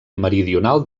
meridional